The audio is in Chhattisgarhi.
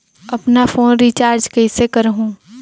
अपन फोन रिचार्ज कइसे करहु?